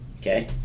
Okay